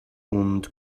und